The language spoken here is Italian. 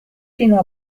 fino